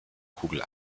kugel